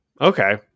okay